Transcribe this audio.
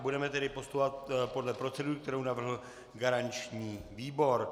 Budeme tedy postupovat podle procedury, kterou navrhl garanční výbor.